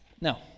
Now